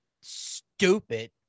stupid